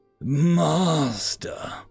Master